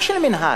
לא של המינהל,